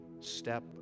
step